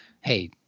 hey